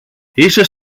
είσαι